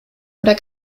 oder